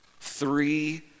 three